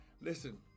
Listen